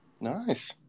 Nice